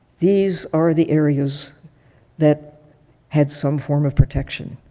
these are the areas that had some form of protection.